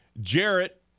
Jarrett